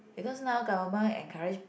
because now government encourage